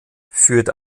führt